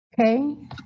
Okay